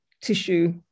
tissue